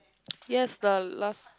yes the last